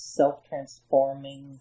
self-transforming